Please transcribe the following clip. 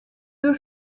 deux